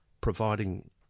providing